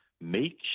make